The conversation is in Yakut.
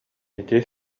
ити